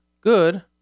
Good